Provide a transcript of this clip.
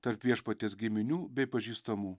tarp viešpaties giminių bei pažįstamų